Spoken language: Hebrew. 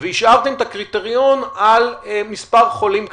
והשארתם את הקריטריון על מספר חולים כללי?